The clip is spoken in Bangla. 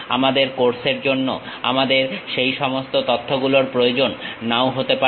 আমাদের কোর্সের জন্য আমাদের সেই সমস্ত তথ্য গুলোর প্রয়োজন নাও হতে পারে